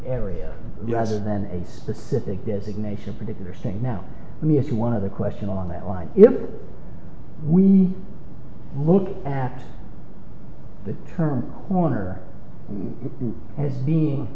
area larger than a specific designation particular saying now let me ask you one of the question on that line if we look at the term warner as being